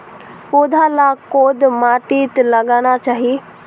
पौधा लाक कोद माटित लगाना चही?